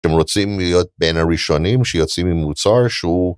אם רוצים להיות בין הראשונים שיוצאים עם מוצר שהוא.